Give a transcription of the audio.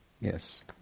Yes